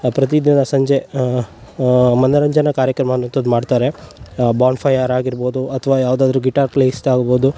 ಪ್ರತಿದಿನ ಸಂಜೆ ಮನೋರಂಜನ ಕಾರ್ಯಕ್ರಮ ಅನ್ನುವಂಥದ್ ಮಾಡ್ತಾರೆ ಬಾಲ್ ಫೈಯರ್ ಆಗಿರ್ಬೋದು ಅಥ್ವ ಯಾವ್ದಾದರು ಗಿಟಾರ್ ಪ್ಲೇಯಿಸ್ಟ್ ಆಗ್ಬೋದು